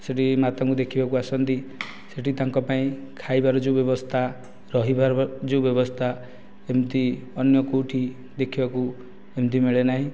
ସେ'ଠି ମାତା ଙ୍କୁ ଦେଖିବା କୁ ଆସନ୍ତି ସେ'ଠି ତାଙ୍କ ପାଇଁ ଖାଇବାର ଯେଉଁ ବ୍ୟବସ୍ଥା ରହିବାର ଯେଉଁ ବ୍ୟବସ୍ଥା ସେମତି ଅନ୍ୟ କେଉଁଠି ଦେଖିବାକୁ ଏମିତି ମିଳେ ନାହିଁ